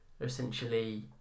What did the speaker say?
Essentially